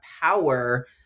power